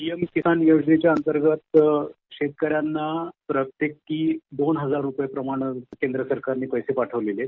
PM Kisan योजनेच्या अंतर्गत शेतकऱ्यांना प्रत्येकी दोन हजार रूपये प्रमाणे केंद्र सरकारनं पैसे पाठवलेले आहेत